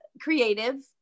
creative